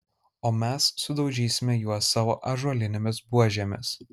o mes sudaužysime juos savo ąžuolinėmis buožėmis